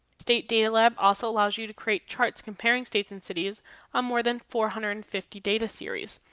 state data lab also allows you to create charts comparing states and cities on more than four hundred and fifty data series,